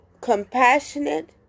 compassionate